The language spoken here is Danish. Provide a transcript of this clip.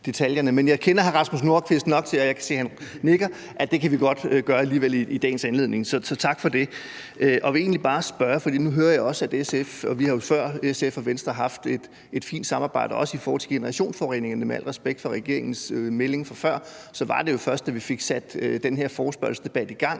Men jeg kender hr. Rasmus Nordqvist godt nok til – og jeg kan se, han nikker – at det kan vi godt gøre alligevel i dagens anledning, så tak for det. SF og Venstre har jo før haft et fint samarbejde, også i forhold til generationsforureningerne, men med al respekt for regeringens melding fra før var det jo først, da vi fik sat den her forespørgselsdebat i gang,